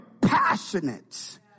passionate